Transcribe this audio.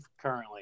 currently